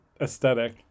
aesthetic